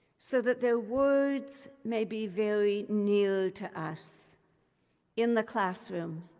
so that their words may be very near to us in the classroom,